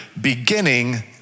beginning